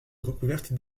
recouverte